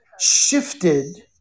shifted